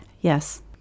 yes